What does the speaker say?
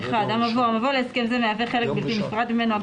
המבוא להסכם זה מהווה חלק בלתי נפרד ממנו.